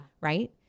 right